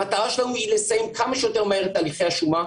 המטרה שלנו היא לסיים כמה שיותר מהר את הליכי השומה,